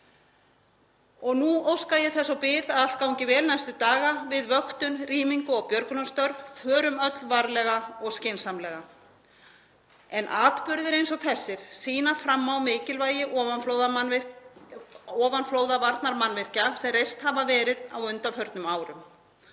Nú óska ég þess og bið að allt gangi vel næstu daga við vöktun, rýmingu og björgunarstörf. Förum öll varlega og skynsamlega. En atburðir eins og þessir sýna fram á mikilvægi ofanflóðavarnarmannvirkja sem reist hafa verið á undanförnum árum.